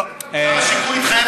הכול זה עסקת חבילה.